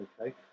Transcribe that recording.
okay